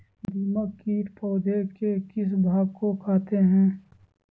दीमक किट पौधे के किस भाग को खाते हैं?